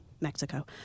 Mexico